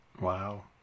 Wow